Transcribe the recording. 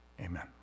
amen